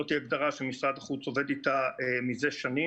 זאת ההגדרה שמשרד החוץ עובד איתה מזה שנים